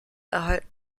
erhalten